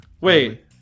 Wait